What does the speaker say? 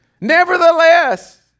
Nevertheless